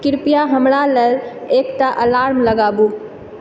कृपया हमरा लेल एकटा अलार्म लगाबू